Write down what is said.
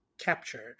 captured